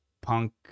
punk